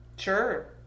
Sure